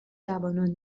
جوانان